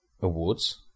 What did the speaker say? awards